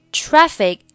traffic